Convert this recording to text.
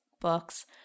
books